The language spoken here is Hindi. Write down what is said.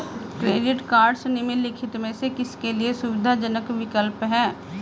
क्रेडिट कार्डस निम्नलिखित में से किसके लिए सुविधाजनक विकल्प हैं?